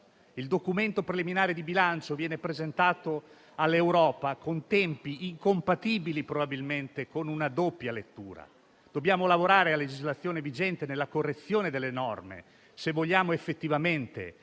Il documento preliminare di bilancio viene presentato all'Europa con tempi probabilmente incompatibili con una doppia lettura. Dobbiamo lavorare a legislazione vigente nella correzione delle norme se vogliamo effettivamente